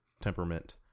temperament